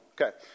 Okay